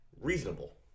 reasonable